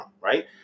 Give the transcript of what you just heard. right